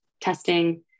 testing